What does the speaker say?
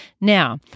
Now